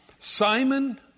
Simon